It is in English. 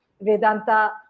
Vedanta